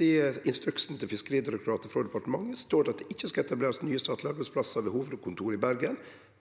i instruksen til Fiskeridirektoratet frå departementet står at det ikkje skal etablerast nye statlege arbeidsplassar med hovudkontor i Bergen,